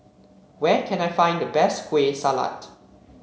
where can I find the best Kueh Salat